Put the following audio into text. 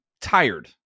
tired